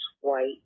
white